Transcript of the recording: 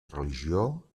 religió